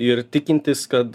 ir tikintis kad